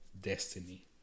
destiny